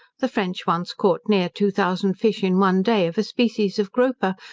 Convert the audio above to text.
the french once caught near two thousand fish in one day, of a species of grouper,